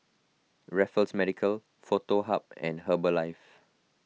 Raffles Medical Foto Hub and Herbalife